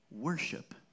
worship